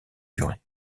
durée